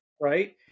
right